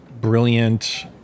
brilliant